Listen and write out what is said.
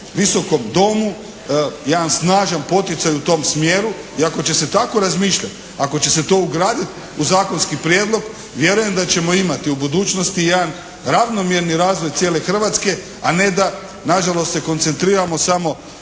Visokom domu, jedan snažan poticaj u tom smjeru. I ako će se tako razmišljat, ako će se to ugradit u zakonski prijedlog, vjerujem da ćemo imati u budućnosti jedan ravnomjerni razvoj cijele Hrvatske a ne da nažalost, se koncentriramo samo